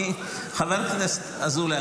חבר הכנסת אזולאי,